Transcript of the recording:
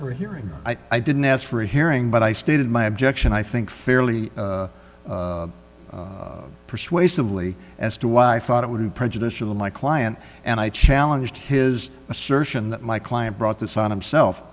for a hearing i didn't ask for a hearing but i stated my objection i think fairly persuasively as to why i thought it would be prejudicial my client and i challenge his assertion that my client brought this on himself